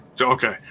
okay